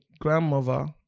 grandmother